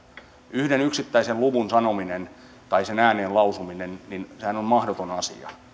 yhden yksittäisen luvun ääneenlausuminen on mahdoton asia